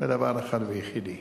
בדבר אחד ויחידי,